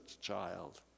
child